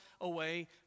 away